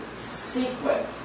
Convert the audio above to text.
sequence